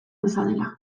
dezatela